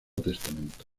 testamento